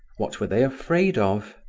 what were they afraid of?